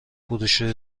بروشوری